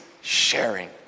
sharing